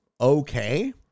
okay